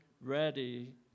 ready